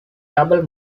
double